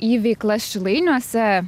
į veiklas šilainiuose